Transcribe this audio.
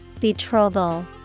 Betrothal